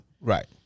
Right